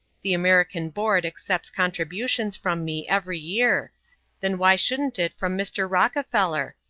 the american board accepts contributions from me every year then why shouldn't it from mr. rockefeller?